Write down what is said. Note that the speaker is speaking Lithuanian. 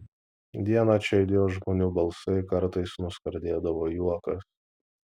dieną čia aidėjo žmonių balsai kartais nuskardėdavo juokas